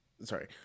Sorry